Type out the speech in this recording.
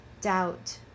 Doubt